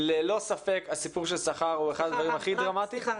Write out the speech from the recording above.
ללא ספק הסיפור של שכר הוא אחד הדברים הכי דרמטיים --- סליחה,